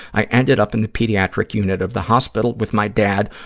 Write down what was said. i ended up in the pediatric unit of the hospital with my dad,